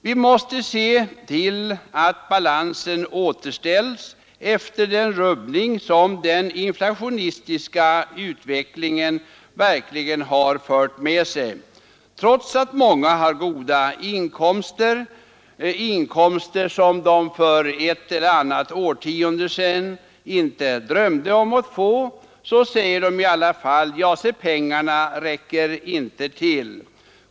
Vi måste se till att balansen återställs efter den rubbning som den inflationistiska utvecklingen har fört med sig. Trots att många har goda inkomster — och inkomster som de för ett eller annat årtionde sedan inte drömde om att få — så säger de att pengarna inte räcker till.